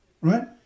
Right